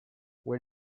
where